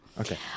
Okay